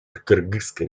кыргызской